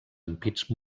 ampits